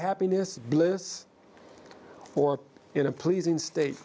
happiness bliss for in a pleasing state